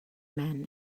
men